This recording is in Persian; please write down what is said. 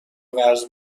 قرض